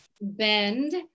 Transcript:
bend